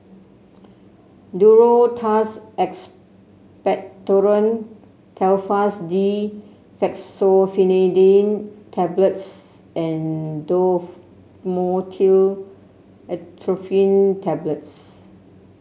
Duro Tuss Expectorant Telfast D Fexofenadine Tablets and Dhamotil Atropine Tablets